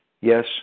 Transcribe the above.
Yes